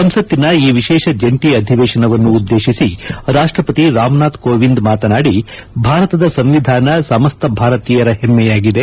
ಸಂಸತ್ತಿನ ಈ ವಿಶೇಷ ಜಂಟಿ ಅಧಿವೇಷನವನ್ನು ಉದ್ದೇಶಿಸಿ ರಾಷ್ಟಪತಿ ರಾಮನಾಥ್ ಕೋವಿಂದ್ ಮಾತನಾದಿ ಭಾರತದ ಸಂವಿಧಾನ ಸಮಸ್ತ ಭಾರತೀಯರ ಹೆಮ್ಮೆಯಾಗಿದೆ